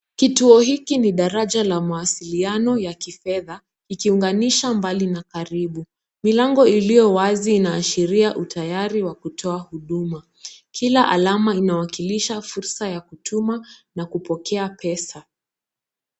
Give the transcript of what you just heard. Kituo hiki ni daraja la mawasiliano ya kifedha, ikiunganisha mbali na karibu milango iliyowazi inaashiria utayari wa kutoa huduma, kila alama inawakilisha fursa ya kutuma na kupokea pesa.